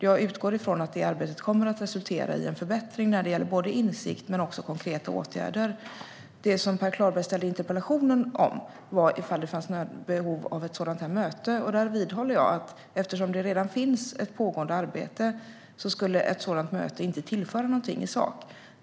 Jag utgår ifrån att det arbetet kommer att resultera i en förbättring när det gäller både insikt och konkreta åtgärder. Det Per Klarberg frågade om i sin interpellation var om det fanns behov av ett möte, och jag vidhåller att ett sådant möte inte skulle tillföra någonting i sak eftersom det redan finns ett pågående arbete.